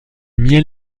miel